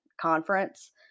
Conference